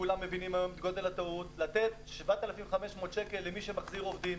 וכולם מבינים היום את גודל הטעות לתת 7,500 שקל למי שמחזיר עובדים.